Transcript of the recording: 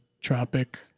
tropic